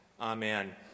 Amen